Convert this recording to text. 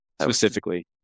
specifically